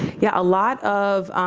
yeah. a lot of,